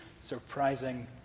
surprising